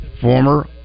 former